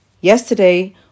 Yesterday